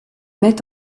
mettent